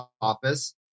office